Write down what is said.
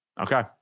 Okay